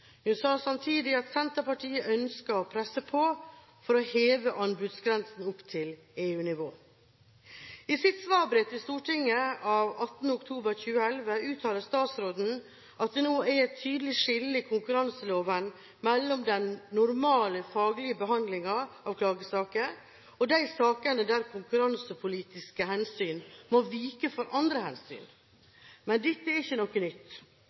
Hun sa samtidig at Senterpartiet ønsker å presse på for å heve anbudsgrensen opp til EU-nivå. I sitt svarbrev til Stortinget av 18. oktober 2010 uttaler statsråd Aasrud at det nå er «et tydelig skille i konkurranseloven mellom den normale faglige behandlingen av klagesaker og de sakene der konkurransepolitiske hensyn må vike for andre hensyn.» Men dette er ikke noe nytt.